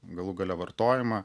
galų gale vartojimą